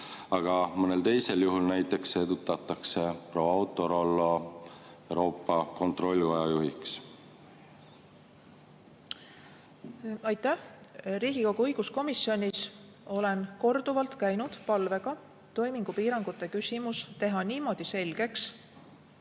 aga mõnel teisel juhul näiteks edutatakse proua AutoRollo Euroopa Kontrollikoja juhiks? Aitäh! Riigikogu õiguskomisjonis olen korduvalt käinud palvega toimingupiirangute küsimus teha niimoodi selgeks,